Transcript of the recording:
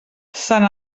sant